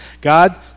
God